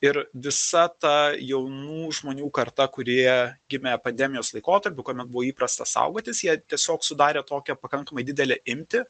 ir visa ta jaunų žmonių karta kurie gimė pandemijos laikotarpiu kuomet buvo įprasta saugotis jie tiesiog sudarė tokią pakankamai didelę imtį